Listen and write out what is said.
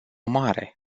mare